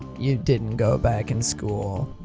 you didn't go back in school?